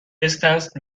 استنس